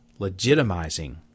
legitimizing